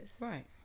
Right